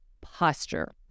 posture